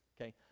Okay